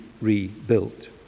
rebuilt